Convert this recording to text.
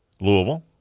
Louisville